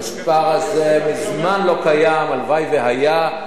המספר הזה מזמן לא קיים, הלוואי שהיה.